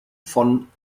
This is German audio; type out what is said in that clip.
von